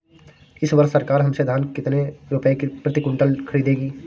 इस वर्ष सरकार हमसे धान कितने रुपए प्रति क्विंटल खरीदेगी?